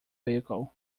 rico